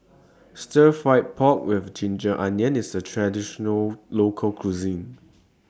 Stir Fry Pork with Ginger Onions IS A Traditional Local Cuisine